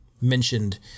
mentioned